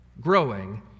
growing